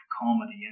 comedy